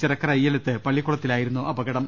ചിറക്കര അയ്യലത്ത് പ ള്ളിക്കുളത്തിലായിരുന്നു അപകടം